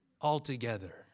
altogether